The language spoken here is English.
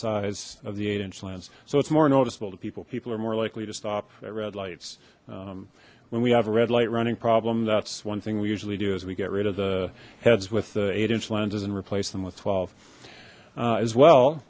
size of the eight inch lens so it's more noticeable to people people are more likely to stop at red lights when we have a red light running problem that's one thing we usually do is we get rid of the heads with the eight inch lenses and replace them with twelve as well